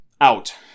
out